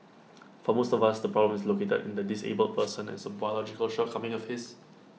for most of us the problem is located in the disabled person as A biological shortcoming of his